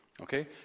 okay